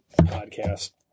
podcast